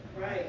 Right